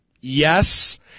Yes